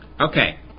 Okay